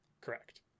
Correct